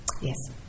Yes